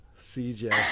CJ